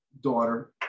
daughter